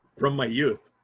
from my youth.